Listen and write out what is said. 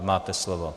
Máte slovo.